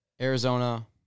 Arizona